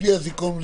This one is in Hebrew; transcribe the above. בלי אזיקון,